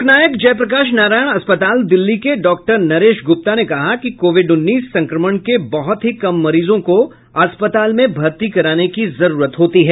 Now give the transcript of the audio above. लोकनायक जयप्रकाश नारायण अस्पताल दिल्ली के डॉक्टर नरेश गुप्ता ने कहा कि कोविड उन्नीस संक्रमण के बहुत ही कम मरीजों को अस्पताल में भर्ती कराने की जरूरत होती है